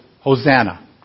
Hosanna